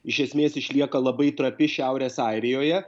iš esmės išlieka labai trapi šiaurės airijoje